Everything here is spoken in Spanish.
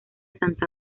santa